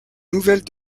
nouvelles